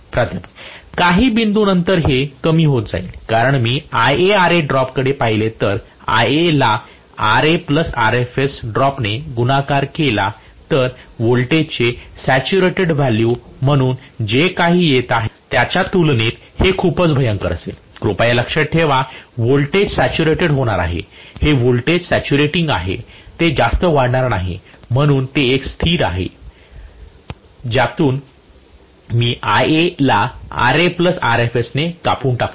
professor काही बिंदूनंतर ते कमी होईल कारण मी IaRa ड्रॉपकडे पाहिले तर Ia ला Ra प्लस Rfs ड्रॉप ने गुणाकार केला तर व्होल्टेजचे सॅच्युरेटेड व्हॅल्यू म्हणून जे काही येत आहे त्याच्या तुलनेत हे खूपच भयंकर असेल कृपया लक्षात ठेवा व्होल्टेज सॅच्युरेटेड होणार आहे हे व्होल्टेज सॅचुरेटिंग आहे ते जास्त वाढणार नाही म्हणून ते एक स्थिर असे आहे ज्यातून मी Ia ला Ra प्लस Rfs ने कापून टाकणार आहे